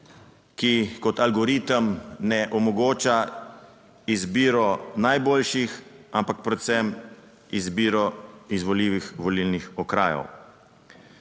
ki kot algoritem ne omogoča izbiro najboljših, ampak predvsem izbiro izvoljivih volilnih okrajev.